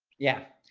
yeah,